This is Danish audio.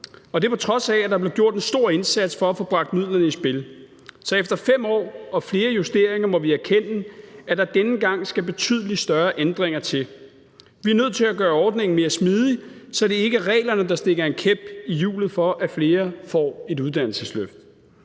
18 mio. kr., på trods af at der blev gjort en stor indsats for at få bragt midlerne i spil. Så efter 5 år og flere justeringer må vi erkende, at der denne gang skal betydelig større ændringer til. Vi er nødt til at gøre ordningen mere smidig, så det ikke er reglerne, der stikker en kæp i hjulet for, at flere får et uddannelsesløft.